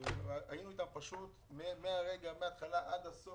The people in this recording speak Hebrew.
והיינו איתם פשוט מהתחלה עד הסוף,